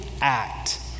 act